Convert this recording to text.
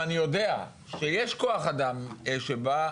ואני יודע שיש כוח אדם שבא,